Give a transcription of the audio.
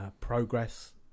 Progress